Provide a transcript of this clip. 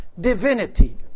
divinity